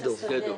החלופה,